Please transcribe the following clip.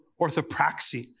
orthopraxy